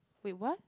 wait what